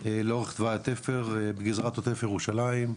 לאורך טוואי התפר בגזרת עוטף ירושלים,